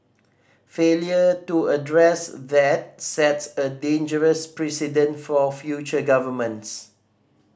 failure to address that sets a dangerous precedent for future governments